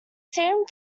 seemed